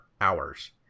hours